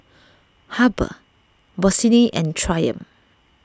Habhal Bossini and Triumph